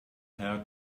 her